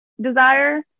desire